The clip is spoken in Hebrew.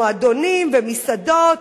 מועדונים ומסעדות,